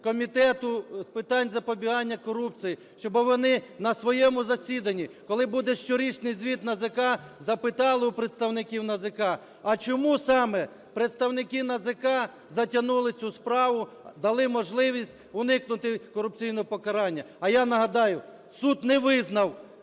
Комітету з питань запобігання корупції, щоб вони на своєму засіданні, коли буде щорічний звіт НАЗК, запитали у представників НАЗК, а чому саме представники НАЗК затягнули цю справу, дали можливість уникнути корупційного покарання. А я нагадаю: суд не визнав…